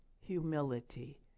humility